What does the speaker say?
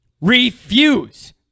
refuse